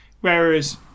Whereas